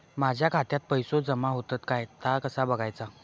माझ्या खात्यात पैसो जमा होतत काय ता कसा बगायचा?